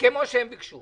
כפי שהם ביקשו.